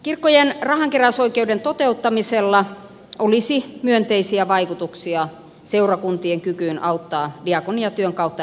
kirkkojen rahankeräysoikeuden toteuttamisella olisi myönteisiä vaikutuksia seurakuntien kykyyn auttaa hätään joutuneita ihmisiä diakoniatyön kautta